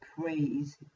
praise